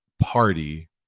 party